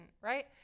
right